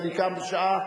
אני קם ב-06:30,